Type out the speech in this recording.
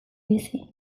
bizi